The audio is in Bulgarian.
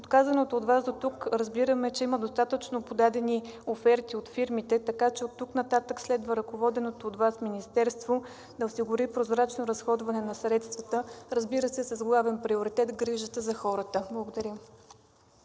От казаното от Вас дотук разбираме, че има достатъчно подадени оферти от фирмите, така че оттук нататък следва ръководеното от Вас министерство да осигури прозрачно разходване на средствата, разбира се, с главен приоритет грижата за хората. Благодаря.